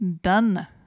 Done